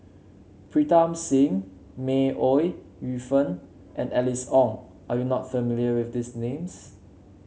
Pritam Singh May Ooi Yu Fen and Alice Ong are you not familiar with these names